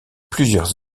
plusieurs